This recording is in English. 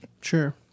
Sure